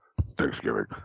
Thanksgiving